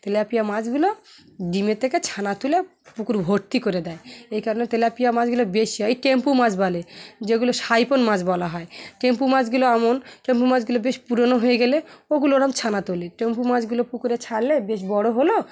tilapia মাছগুলো ডিমের থেকে ছানা তুলে পুকুর ভর্তি করে দেয় এই কারণে তেলাপিয়া মাছগুলো বেশি হয় টেম্পু মাছ বলে যেগুলো সাইফন মাছ বলা হয় টেম্পু মাছগুলো এমন টেম্পু মাছগুলো বেশ পুরোনো হয়ে গেলে ওগুলো ওরম ছানা তোলে টেম্পু মাছগুলো পুকুরে ছাড়লে বেশ বড়ো হলো